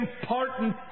important